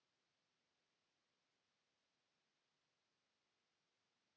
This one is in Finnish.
Kiitos,